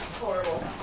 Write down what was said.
horrible